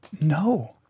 no